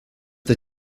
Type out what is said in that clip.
the